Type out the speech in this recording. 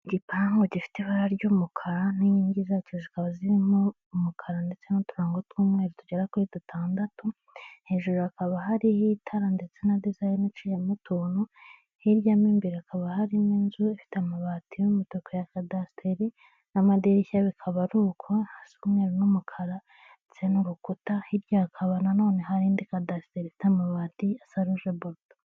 Igipangu gifite ibara ry'umukara n'inkingi zacyo zikaba zirimo umukara ndetse n'uturango tw'umweru tugera kuri dutandatu, hejuru hakaba harho itara ndetse na dizayini iciyeho utuntu hirya mo imbere hakaba harimo inzu ifite amabati y'umutuku ya kadasiteri n'amadirishya bikaba ari uko hasa umweru n'umukara ndetse n'urukuta hirya hakaba nanone hari indi kadasiriteri ifite amabati ya asa ruje borudo.